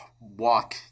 walk